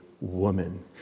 woman